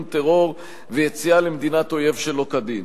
טרור ויציאה למדינת אויב שלא כדין.